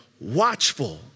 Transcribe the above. watchful